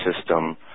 system